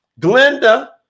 Glenda